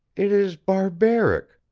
it is barbaric,